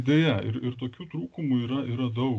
deja ir ir tokių trūkumų yra yra daug